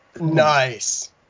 Nice